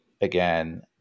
again